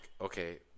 okay